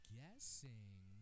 guessing